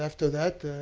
after that,